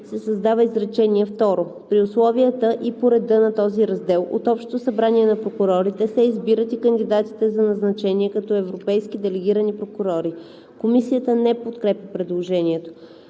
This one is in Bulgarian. се създава изречение второ: „При условията и по реда на този раздел от общото събрание на прокурорите се избират и кандидатите за назначение като европейски делегирани прокурори“.“ Комисията не подкрепя предложението.